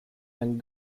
and